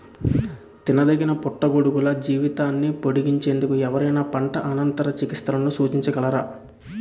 తినదగిన పుట్టగొడుగుల జీవితాన్ని పొడిగించేందుకు ఎవరైనా పంట అనంతర చికిత్సలను సూచించగలరా?